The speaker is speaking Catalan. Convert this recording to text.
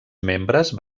membres